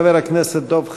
חבר הכנסת דב חנין.